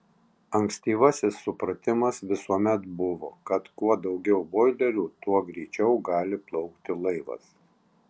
ankstyvasis supratimas visuomet buvo kad kuo daugiau boilerių tuo greičiau gali plaukti laivas